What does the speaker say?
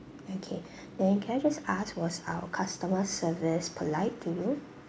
okay then can I just ask was our customer service polite to you